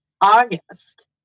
august